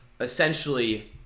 essentially